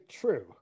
true